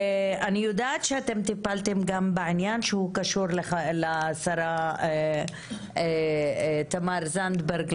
אני יודעת שאתם טיפלתם גם בעניין שהוא קשור לשרה תמר זנדברג,